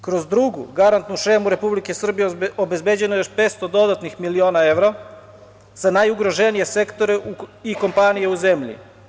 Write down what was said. Kroz drugu garantnu šemu Republike Srbije obezbeđeno je još 500 dodatnih miliona evra za najugroženije sektore i kompanije u zemlji.